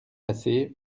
passées